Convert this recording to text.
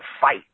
fight